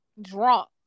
drunk